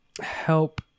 help